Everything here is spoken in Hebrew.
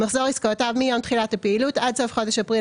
מחזור עסקאותיו מיום תחילת הפעילות עד סוף חודש אפריל